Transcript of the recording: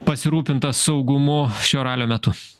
pasirūpinta saugumu šio ralio metu